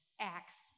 acts